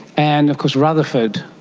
and of course rutherford,